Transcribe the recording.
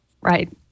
Right